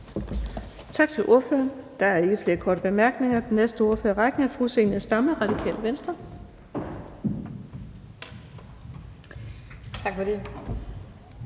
Tak til ordføreren. Der er ikke flere korte bemærkninger. Den næste ordfører i rækken er fru Zenia Stampe, Radikale Venstre. Kl.